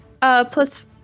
Plus